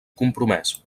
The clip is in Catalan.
compromès